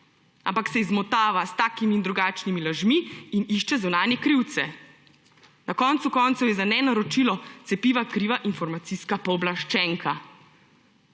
ampak se izmotava s takimi in drugačnimi lažmi in išče zunanje krivce. Na koncu koncev je za nenaročilo cepiva kriva informacijska pooblaščenka.